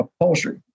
upholstery